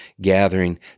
gathering